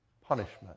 punishment